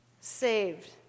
saved